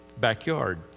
backyard